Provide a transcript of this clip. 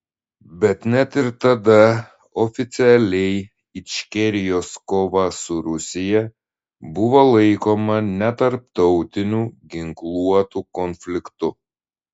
bet net ir tada oficialiai ičkerijos kova su rusija buvo laikoma netarptautiniu ginkluotu konfliktu